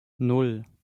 nan